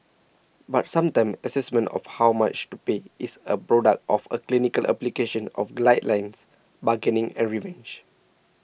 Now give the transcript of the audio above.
but sometimes assessments of how much to pay is a product of a clinical application of guidelines bargaining and revenge